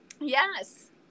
Yes